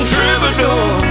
Troubadour